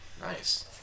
Nice